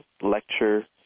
lecture